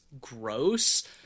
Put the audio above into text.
gross